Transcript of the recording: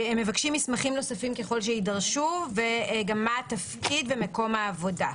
הם מבקשים מסמכים ככל שיידרשו וגם מה התפקיד ומקום העבודה.